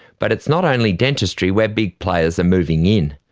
but it's not only dentistry where big players are moving in.